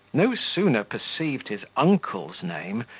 no sooner perceived his uncle's name,